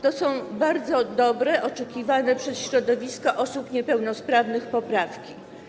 To są bardzo dobre, oczekiwane przez środowisko osób niepełnosprawnych poprawki.